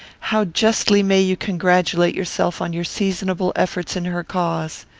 how justly may you congratulate yourself on your seasonable efforts in her cause!